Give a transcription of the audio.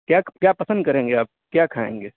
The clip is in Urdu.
کیا کیا پسند کریں گے آپ کیا کھائیں گے